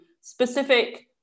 specific